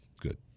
good